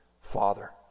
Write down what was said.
Father